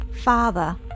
Father